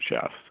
chefs